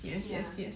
yes yes yes